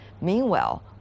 Meanwhile